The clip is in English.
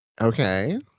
Okay